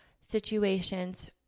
situations